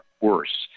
worse